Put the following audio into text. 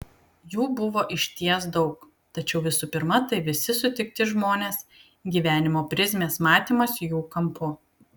jų buvo išties daug tačiau visų pirma tai visi sutikti žmonės gyvenimo prizmės matymas jų kampu